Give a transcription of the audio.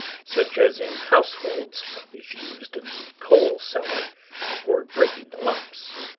such as in households is used in the coal-cellar for breaking the lumps.